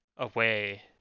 away